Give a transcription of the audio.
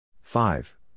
Five